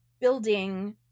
building